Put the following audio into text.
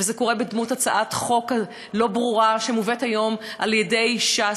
וזה קורה בדמות הצעת חוק לא ברורה שמובאת היום על-ידי ש"ס,